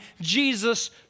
Jesus